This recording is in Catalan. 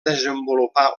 desenvolupar